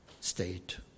State